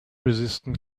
resistant